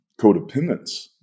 codependence